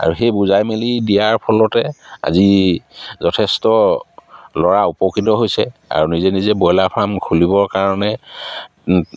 আৰু সেই বুজাই মেলি দিয়াৰ ফলতে আজি যথেষ্ট ল'ৰা উপকৃত হৈছে আৰু নিজে নিজে ব্ৰইলাৰ ফাৰ্ম খুলিবৰ কাৰণে